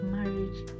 Marriage